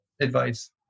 advice